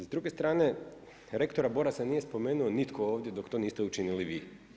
S druge strane, rektora Borasa nije spomenuo nitko ovdje dok to niste učinili vi.